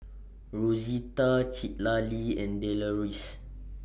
Rosita Citlalli and Deloris